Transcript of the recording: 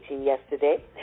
yesterday